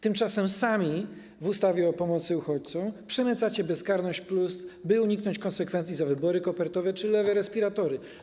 Tymczasem sami w ustawie o pomocy uchodźcom przemycacie bezkarność +, by uniknąć konsekwencji za wybory kopertowe czy lewe respiratory.